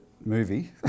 movie